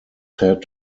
said